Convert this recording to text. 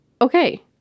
okay